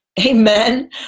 Amen